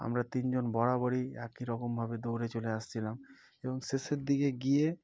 আমরা তিনজন বরাবরই একই রকমভাবে দৌড়ে চলে আসছিলাম এবং শেষের দিকে গিয়ে